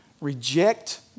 reject